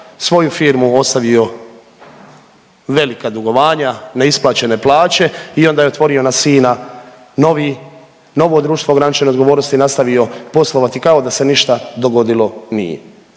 svoju firmu, ostavio velika dugovanja, neisplaćene plaće i onda je otvorio na sina novi, novo društvo ograničene odgovornosti i nastavio poslovati kao da se ništa dogodilo nije?